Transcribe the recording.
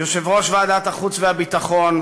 יושב-ראש ועדת החוץ והביטחון,